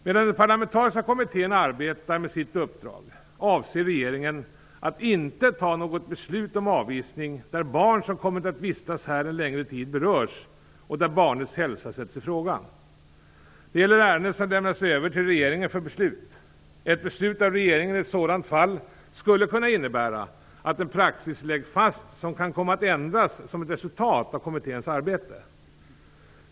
Medan den parlamentariska kommittén arbetar med sitt uppdrag avser regeringen att inte ta något beslut om avvisning där barn som kommit att vistas här en längre tid berörs och där barnens hälsa sätts i fråga. Det gäller ärenden som lämnas över till regeringen för beslut. Ett beslut av regeringen i ett sådant fall skulle kunna innebära att en praxis läggs fast som kan komma att ändras som ett resultat av kommitténs arbete.